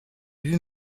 lui